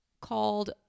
called